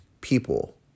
people